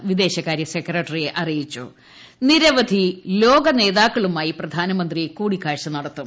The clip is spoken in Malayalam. നിരവധി വിദേശകാര്യ സെക്രട്ടറി ലോകനേതാക്കളുമായി പ്രധാനമന്ത്രി കൂടിക്കാഴ്ച നടത്തും